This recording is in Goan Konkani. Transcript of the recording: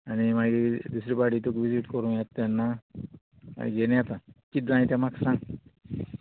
आनी मागीर दुसरी पाटी तुका विजीट करूं येता तेन्ना घेन येता कितें जाय तें म्हाका सांग